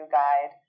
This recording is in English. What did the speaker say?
guide